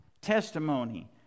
Testimony